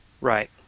right